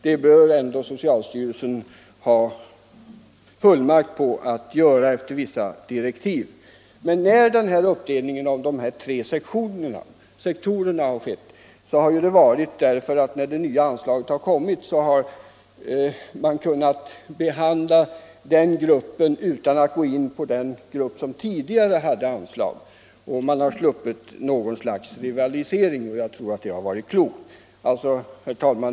Fördelningen bör socialstyrelsen ha fullmakt att göra efter vissa direktiv. Anledningen till att anslaget är uppdelat i tre sektorer är att man därigenom kunnat behandla frågan om anslag till en ny grupp organisationer utan att det berört den grupp som tidigare hade anslag. Därmed har man sluppit rivalitet mellan grupperna, och jag tror att det varit lyckligt.